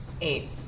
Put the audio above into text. Eight